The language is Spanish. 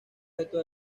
estos